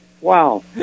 Wow